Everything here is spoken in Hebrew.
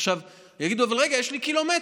עכשיו, יגידו: אבל רגע, יש לי קילומטר.